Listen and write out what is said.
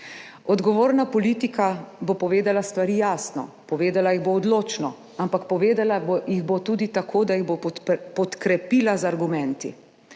Odgovorna politika bo povedala stvari jasno, povedala jih bo odločno, ampak povedala jih bo tudi tako, da jih bo podkrepila z argumenti,